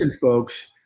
folks